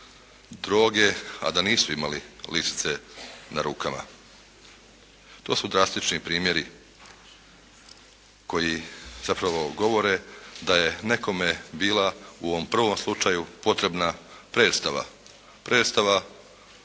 droge a da nisu imali lisice na rukama. To su drastični primjeri koji zapravo govore da je nekome bila u ovom prvom slučaju potrebna predstava, predstava